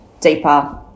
deeper